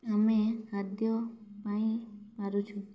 ଆମେ ଖାଦ୍ୟ ପାଇ ପାରୁଛୁ